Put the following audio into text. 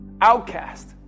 outcast